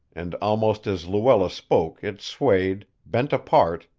and almost as luella spoke it swayed, bent apart,